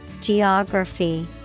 Geography